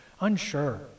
unsure